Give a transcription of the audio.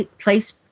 place